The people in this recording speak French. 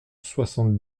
soixante